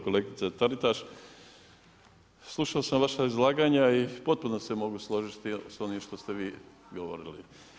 Kolegice Taritaš, slušao sam vaša izlaganja i potpuno se mogu složiti s onim što ste vi govorili.